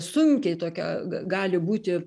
sunkiai tokia gali būti